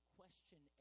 question